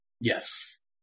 yes